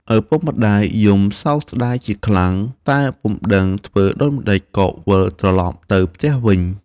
ឪពុកម្តាយយំសោកស្តាយជាខ្លាំង តែពុំដឹងធ្វើដូចម្តេច ក៏វិលត្រឡប់ទៅផ្ទះវិញ។